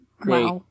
Great